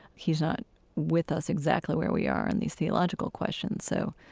he's not with us exactly where we are in these theological questions so,